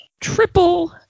Triple